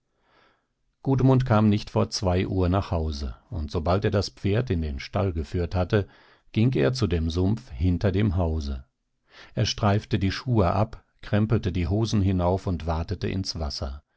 worüber gudmund kam nicht vor zwei uhr nach hause und sobald er das pferd in den stall geführt hatte ging er zu dem sumpf hinter dem hause er streifte die schuhe ab krempelte die hosen hinauf und watete ins wasser